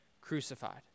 crucified